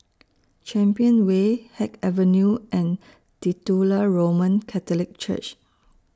Champion Way Haig Avenue and Titular Roman Catholic Church